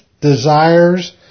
desires